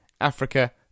Africa